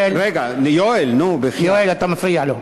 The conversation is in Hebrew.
יואל, אתה מפריע לו.